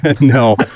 No